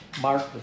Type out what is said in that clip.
Mark